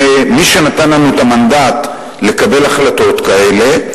ומי שנתן לנו את המנדט לקבל החלטות כאלה,